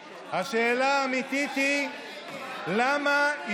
הלכה, נהייתה נורבגית, אבל לפחות